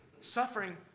Suffering